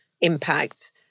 impact